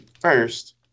first